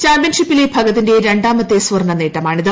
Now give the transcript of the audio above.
ചാമ്പ്യൻഷിപ്പിലെ ഭഗതിന്റെ രണ്ടാമത്തെ സ്വർണ്ണനേട്ടമാണിത്